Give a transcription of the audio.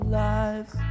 lives